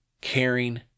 caring